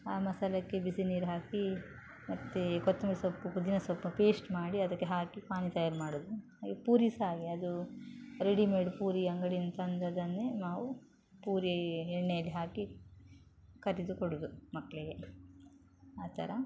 ಆ ಮಸಾಲಕ್ಕೆ ಬಿಸಿನೀರು ಹಾಕಿ ಮತ್ತು ಕೊತ್ತಂಬ್ರಿ ಸೊಪ್ಪು ಪುದೀನ ಸೊಪ್ಪು ಪೇಶ್ಟ್ ಮಾಡಿ ಅದಕ್ಕೆ ಹಾಕಿ ಪಾನಿ ತಯಾರು ಮಾಡೋದು ಈ ಪೂರಿ ಸಹ ಹಾಗೆ ಅದೂ ರೆಡಿಮೇಡ್ ಪೂರಿ ಅಂಗಡಿಯಿಂದ ತಂದದ್ದನ್ನೇ ನಾವು ಪೂರಿ ಎಣ್ಣೆಯಲ್ಲಿ ಹಾಕಿ ಕರಿದು ಕೊಡುವುದು ಮಕ್ಕಳಿಗೆ ಆ ಥರ